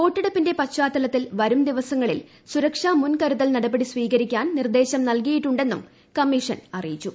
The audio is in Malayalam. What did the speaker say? വോട്ടെടുപ്പിന്റെ പശ്ചാത്തലത്തിൽ വരും ദിവസങ്ങളിൽ സുരക്ഷ മുൻ കരുതൽ നടപടി സ്വീകരിക്കാൻ നിർദ്ദേശം നൽകിയിട്ടുണ്ടെന്നും കമ്മീഷൻ അറിയിച്ചു